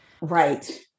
Right